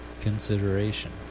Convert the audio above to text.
consideration